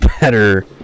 better